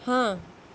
ਹਾਂ